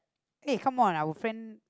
aye come on our friend